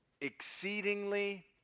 exceedingly